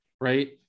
right